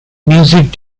music